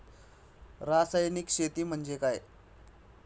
रासायनिक शेती म्हणजे काय?